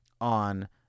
on